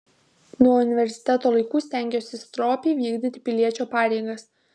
nuo universiteto laikų stengiuosi stropiai vykdyti piliečio pareigas